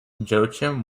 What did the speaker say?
joachim